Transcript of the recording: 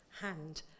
hand